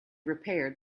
repaired